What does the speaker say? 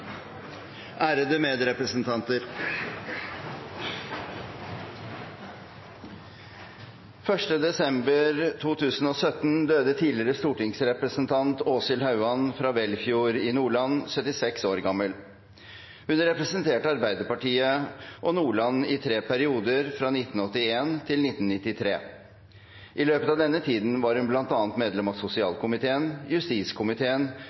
Ærede medrepresentanter! Den 1. desember 2017 døde tidligere stortingsrepresentant Åshild Hauan fra Velfjord i Nordland, 76 år gammel. Hun representerte Arbeiderpartiet og Nordland i tre perioder, fra 1981 til 1993. I løpet av denne tiden var hun bl.a. medlem av sosialkomiteen, justiskomiteen,